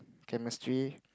chemistry